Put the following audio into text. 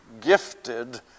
gifted